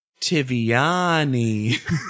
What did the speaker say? Tiviani